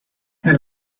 eine